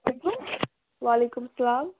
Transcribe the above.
وعلیکُم سَلام